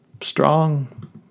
strong